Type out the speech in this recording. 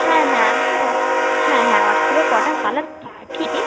হ্যাঁ হ্যাঁ আমি তো ওয়াটস হ্যাঁ হ্যাঁ ওয়াটস অ্যাপে কটা কালার পাঠিয়েছি